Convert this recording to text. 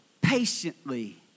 patiently